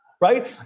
right